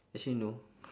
actually no